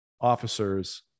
officers